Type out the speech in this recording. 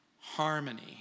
Harmony